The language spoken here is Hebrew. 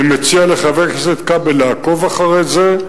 אני מציע לחבר הכנסת כבל לעקוב אחרי זה,